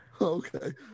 Okay